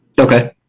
Okay